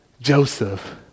Joseph